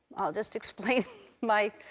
i'll just explain my.